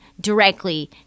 directly